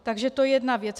Takže to je jedna věc.